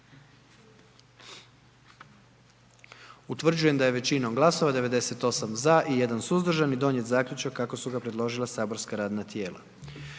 Utvrđujem da je većinom glasova 93 za i 1 suzdržani donijet zaključak kako ga je predložilo matično saborsko radno tijelo.